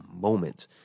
moment